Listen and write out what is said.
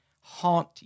haunt